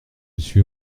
suis